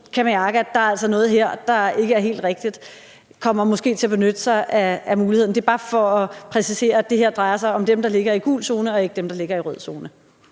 kan mærke, at der altså er noget her, der ikke er helt rigtigt, måske kommer til at bentytte sig af muligheden. Det er bare for at præcisere, at det her drejer sig om dem, der bor i gul zone, og ikke dem, der ligger i rød zone.